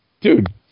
dude